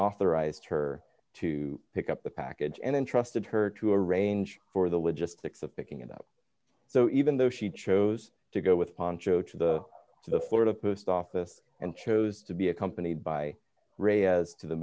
authorized her to pick up the package and then trusted her to arrange for the logistics of picking it up so even though she chose to go with poncho to the to the florida post office and chose to be accompanied by ray as to the